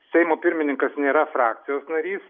seimo pirmininkas nėra frakcijos narys